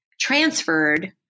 transferred